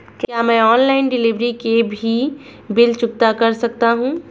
क्या मैं online delivery के भी बिल चुकता कर सकता हूँ?